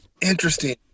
interesting